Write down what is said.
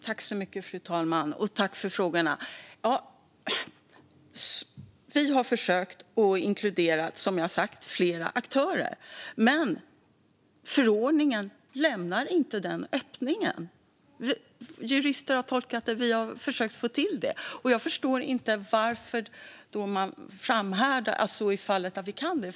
Fru talman! Jag tackar för frågorna. Vi har försökt att inkludera fler aktörer, men förordningen lämnar inte den öppningen. Jurister har tolkat, och vi har försökt att få till det.